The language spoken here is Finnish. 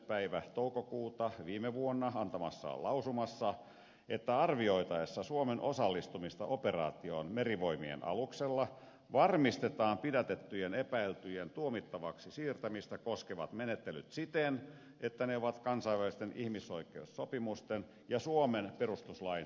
päivänä toukokuuta viime vuonna antamassaan lausumassa että arvioitaessa suomen osallistumista operaatioon merivoimien aluksella varmistetaan pidätettyjen epäiltyjen tuomittavaksi siirtämistä koskevat menettelyt siten että ne ovat kansainvälisten ihmisoikeussopimusten ja suomen perustuslain mukaisia